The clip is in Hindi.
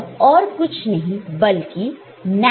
यह और कुछ नहीं बल्कि NAND लॉजिक है